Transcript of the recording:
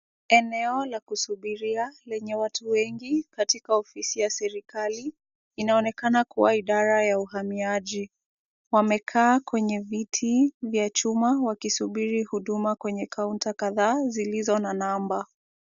Eneo la kusubiria lenye watu wengi katika ofisi ya serikali. Inaonekana kuwa idara ya uhamiaji. Wamekaa kwenye viti vya chuma, wakisubiri huduma kwenye counter kadhaa zilizo na namba .